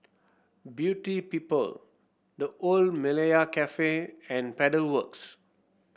Beauty People The Old Malaya Cafe and Pedal Works